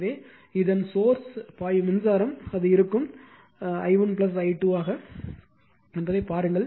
எனவே இதன் சோர்ஸ் பாயும் மின்சாரம் அது இருக்கும் i1 i2 ஐப் பாருங்கள்